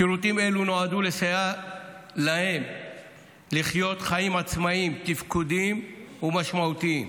שירותים אלה נועדו לסייע להם לחיות חיים עצמאיים תפקודיים ומשמעותיים.